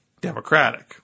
democratic